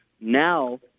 Now